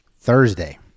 Thursday